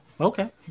Okay